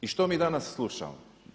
I što mi danas slušamo?